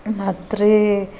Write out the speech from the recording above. ಮತ್ರೀ